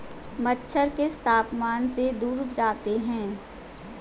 मच्छर किस तापमान से दूर जाते हैं?